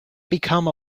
become